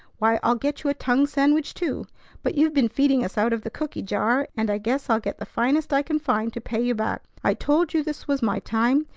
why, i'll get you a tongue sandwich, too but you've been feeding us out of the cooky-jar, and i guess i'll get the finest i can find to pay you back. i told you this was my time.